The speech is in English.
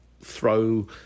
throw